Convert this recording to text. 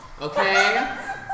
Okay